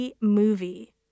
movie